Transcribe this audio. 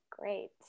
Great